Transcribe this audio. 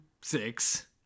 six